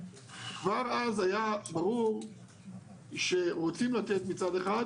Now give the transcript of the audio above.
כבר אז היה ברור שרוצים לתת מצד אחד,